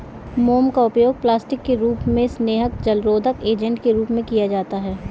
मोम का उपयोग प्लास्टिक के रूप में, स्नेहक, जलरोधक एजेंट के रूप में किया जाता है